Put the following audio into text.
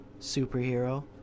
Superhero